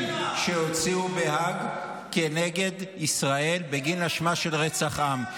שהוציאו בהאג נגד ישראל בגין אשמה של רצח עם.